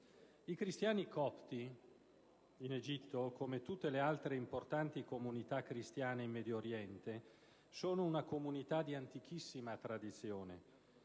I cristiani copti in Egitto, come tutte le altre importanti comunità cristiane in Medio Oriente, sono una comunità di antichissima tradizione.